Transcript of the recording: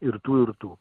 ir tų ir tų